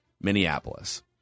Minneapolis